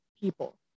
people